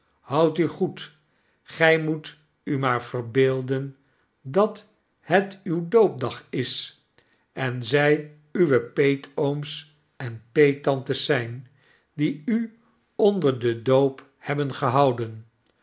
houd u goed gy moet u maar verbeelden dat het uw doopdag is en zy uwe peetooms en peettantes zyn die u onder den doop hebben gehouden